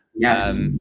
Yes